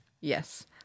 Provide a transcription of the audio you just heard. Yes